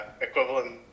equivalent